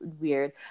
weird